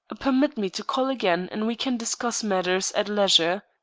permit me to call again, and we can discuss matters at leisure.